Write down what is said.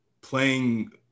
playing